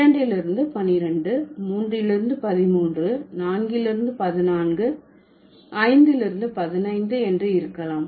இரண்டில் இருந்து பன்னிரண்டு மூன்றிலுருந்து பதின்மூன்று நான்கிலிருந்து பதினான்கு ஐந்திலிருந்து பதினைந்து என்று இருக்கலாம்